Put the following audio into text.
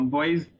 Boys